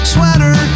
Sweater